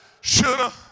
Shoulda